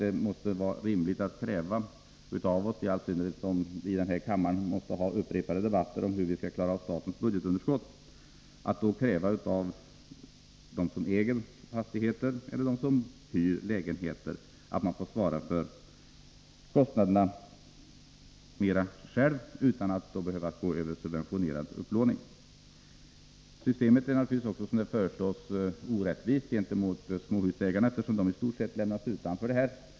Det måste vara rimligt att kräva —i all synnerhet som vi i denna kammare måste föra upprepade debatter om hur statens budgetunderskott skall klaras av — av dem som äger fastigheter eller av dem som hyr lägenheter, att de i större utsträckning själva får svara för kostnaderna och att en suventionerad upplåning inte skall behöva tillämpas. Systemet är naturligtvis också, som det föreslås bli utformat, orättvist gentemot småhusägarna, eftersom de i betydande omfattning lämnas utanför.